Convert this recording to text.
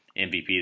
MVP